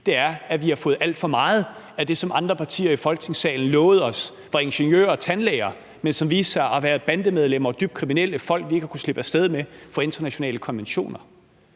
– er, at vi har fået alt for meget af det, som andre partier i Folketingssalen lovede os var ingeniører og tandlæger, men som viste sig at være bandemedlemmer og dybt kriminelle folk, vi ikke har kunnet slippe af med på grund af internationale konventioner.